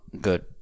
good